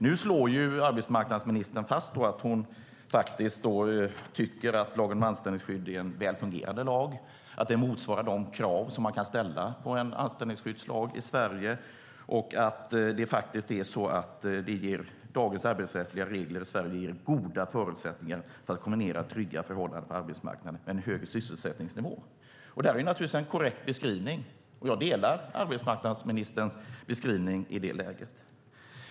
Nu slår arbetsmarknadsministern fast att hon faktiskt tycker att lagen om anställningsskydd är en väl fungerande lag, att den motsvarar de krav som man kan ställa på en lag om anställningsskydd i Sverige och att dagens arbetsrättsliga regler i Sverige ger goda förutsättningar för att kombinera trygga förhållanden på arbetsmarknaden med en hög sysselsättningsnivå. Detta är naturligtvis en korrekt beskrivning, och jag delar arbetsmarknadsministerns beskrivning i detta läge.